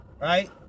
right